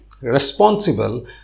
responsible